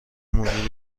مدیری